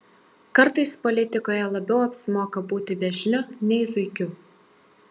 kartais politikoje labiau apsimoka būti vėžliu nei zuikiu